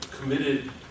committed